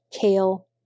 kale